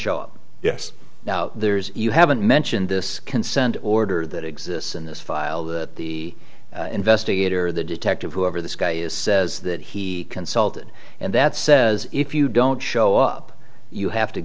yes now there's you haven't mentioned this consent order that exists in this file that the investigator the detective whoever this guy is says that he consulted and that says if you don't show up you have to